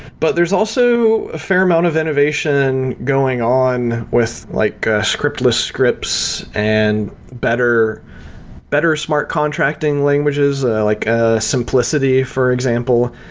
but there's also a fair amount of innovation going on with like scriptless scripts and better better smart contracting languages, like ah simplicity for example,